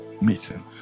meeting